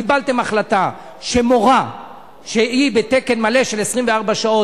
קיבלתם החלטה שמורה שהיא בתקן מלא של 24 שעות,